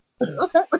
okay